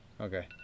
Okay